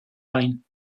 line